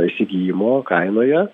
įsigijimo kainoje